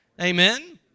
Amen